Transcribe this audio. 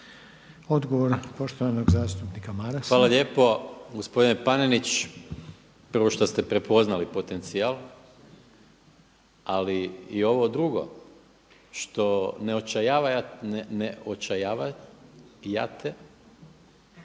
Odgovor poštovanog zastupnika Marasa. **Maras, Gordan (SDP)** Hvala lijepo. Gospodine Panenić, prvo što ste prepoznali potencijal, ali i ovo drugo što ne očajavate